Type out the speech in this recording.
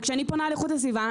וכשאני פונה לאיכות הסביבה,